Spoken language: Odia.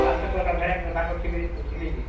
ପାଞ୍ଚ ପ୍ରକାର ଭେରାଇଟିର ବାଘ ଥିବେ ଏଠି ନାହିଁ କି